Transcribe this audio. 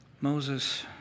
Moses